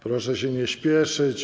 Proszę się nie spieszyć.